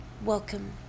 Welcome